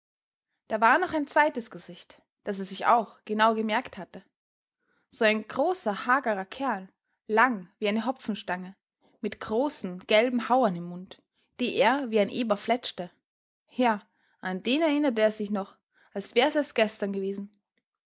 da war noch ein zweites gesicht das er sich auch genau gemerkt hatte so ein großer hagerer kerl lang wie eine hopfenstange mit großen gelben hauern im mund die er wie ein eber fletschte ja an den erinnerte er sich noch als wär's erst gestern gewesen